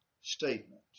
statement